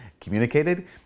communicated